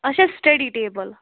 اَچھا study table